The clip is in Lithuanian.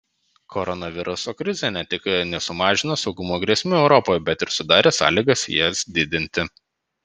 koronaviruso krizė ne tik nesumažino saugumo grėsmių europoje bet ir sudarė sąlygas jas didinti